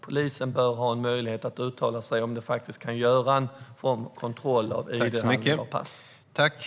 Polisen bör ha en möjlighet att uttala sig om huruvida de faktiskt kan göra en kontroll av id-handlingar och pass.